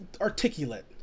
articulate